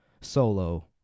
Solo